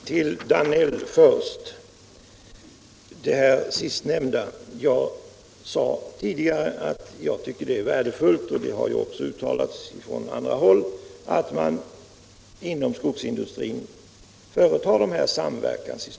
Herr talman! Först till herr Danell: Jag sade tidigare — och det har också sagts från andra håll — att det är värdefullt att man inom skogsindustrin tar initiativ till en samverkan.